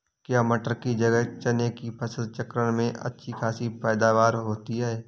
क्या मटर की जगह चने की फसल चक्रण में अच्छी खासी पैदावार होती है?